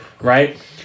right